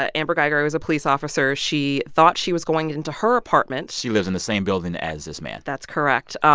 ah amber guyger was a police officer. she thought she was going into her apartment she lives in the same building as this man that's correct.